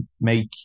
make